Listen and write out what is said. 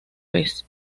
vez